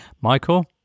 Michael